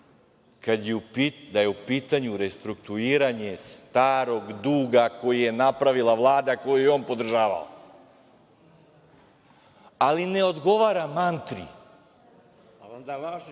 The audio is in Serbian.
da je u pitanju restrukturiranje starog duga koji je napravila Vlada koju je on podržavao, ali ne odgovara mantri. Jako treba